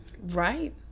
Right